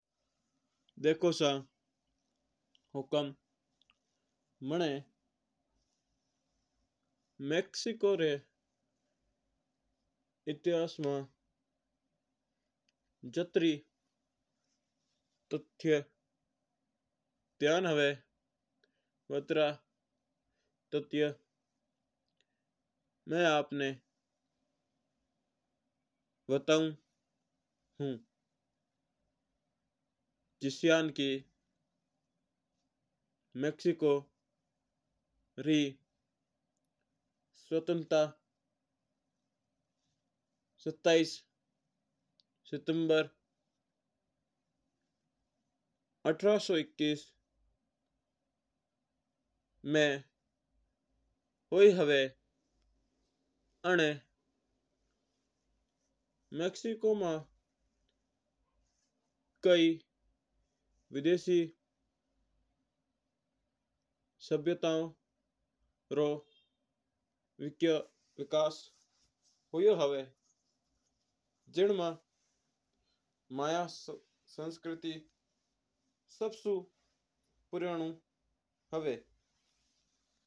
देखो सा हुकम मना मेक्सिको रू इतिहास तथ्य ध्यान हुआ बीतरा माई आपणा बताऊँ हूँ। जिस्यान्न की मेक्सिको री स्वतंत्रता छब्बीस सितंबर अठारह सौ इक्कीस मई हुई हुआ है आना मेक्सिको माई कहीं विदेशी सभ्यता रू विकास हुवो हुआ है।